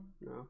No